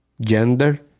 gender